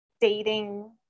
dating